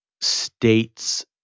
states